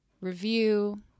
review